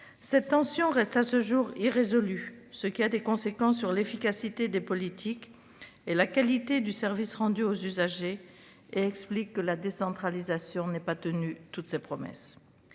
Cette tension reste à ce jour irrésolue, ce qui a des conséquences sur l'efficacité des politiques et la qualité du service rendu aux usagers, et explique que la décentralisation n'ait pas tenu toutes ses promesses.